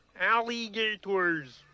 Alligators